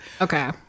Okay